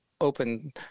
open